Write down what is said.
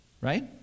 right